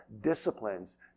disciplines